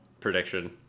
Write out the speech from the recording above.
prediction